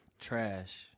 Trash